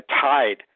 tied